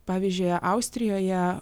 pavyzdžiui austrijoje